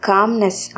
Calmness –